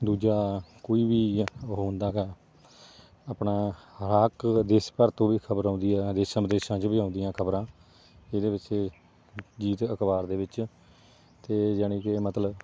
ਦੂਜਾ ਕੋਈ ਵੀ ਉਹ ਹੁੰਦਾ ਗਾ ਆਪਣਾ ਹਰੇਕ ਦੇਸ਼ ਭਰ ਤੋਂ ਵੀ ਖਬਰ ਆਉਂਦੀ ਹੈ ਦੇਸ਼ਾਂ ਵਿਦੇਸ਼ਾਂ 'ਚੋਂ ਵੀ ਆਉਂਦੀਆਂ ਖਬਰਾਂ ਇਹਦੇ ਵਿੱਚ ਅਜੀਤ ਅਖਬਾਰ ਦੇ ਵਿੱਚ ਅਤੇ ਜਾਨੀ ਕਿ ਮਤਲਬ